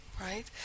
right